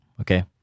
okay